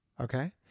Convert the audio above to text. Okay